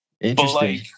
Interesting